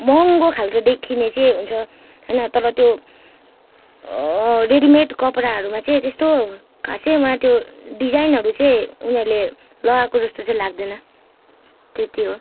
महँगो खालको देखिने चाहिँ हुन्छ होइन तर त्यो रेडिमेड कपडाहरूमा चाहिँ त्यस्तो खासैमा त्यो डिजाइनहरू चाहिँ उनीहरूले लगाएको जस्तो चाहिँ लाग्दैन त्यति हो